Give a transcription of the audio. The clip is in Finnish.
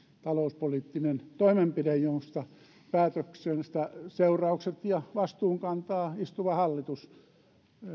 talouspoliittinen toimenpide josta päätöksestä seuraukset ja vastuun kantaa istuva hallitus